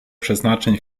przeznaczeń